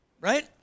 right